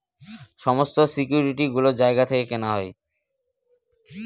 সমস্ত সিকিউরিটি গুলো জায়গা থেকে কেনা হয়